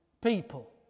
people